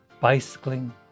bicycling